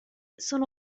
sono